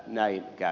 näin käy